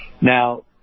Now